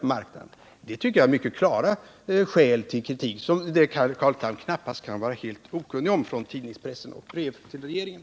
Jag tycker att detta visar att det finns mycket klara skäl till kritik, vilket Carl Tham knappast kan vara helt okunnig om efter vad som stått i pressen och i brev till regeringen.